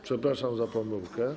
Przepraszam za pomyłkę.